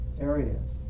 areas